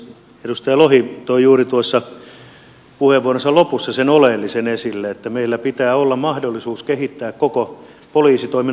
edustaja lohi toi juuri tuossa puheenvuoronsa lopussa sen oleellisen asian esille että meillä pitää olla mahdollisuus kehittää koko poliisitoiminnan hallintoa